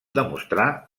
demostrar